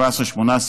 2017,